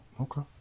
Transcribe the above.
okay